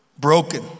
broken